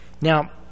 Now